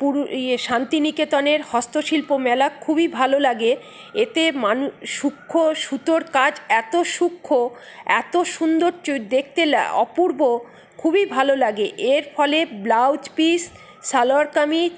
পুরু ইয়ে শান্তিনিকেতনের হস্তশিল্প মেলা খুবই ভালো লাগে এতে মানুষ সূক্ষ্ম সুতোর কাজ এত সূক্ষ্ম এত সুন্দর দেখতে অপূর্ব খুবই ভালো লাগে এর ফলে ব্লাউজ পিস সালোয়ার কামিজ